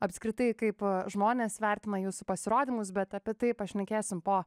apskritai kaip žmonės vertina jūsų pasirodymus bet apie tai pašnekėsim po